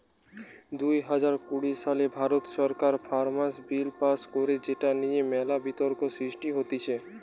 দুই হাজার কুড়ি সালে ভারত সরকার ফার্মার্স বিল পাস্ কইরে যেটা নিয়ে মেলা বিতর্ক সৃষ্টি হতিছে